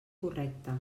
correcta